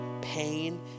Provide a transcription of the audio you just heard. pain